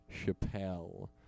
Chappelle